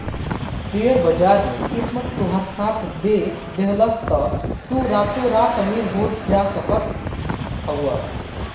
share बाजार में किस्मत तोहार साथ दे देहलस तअ तू रातो रात अमीर हो सकत हवअ